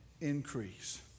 increase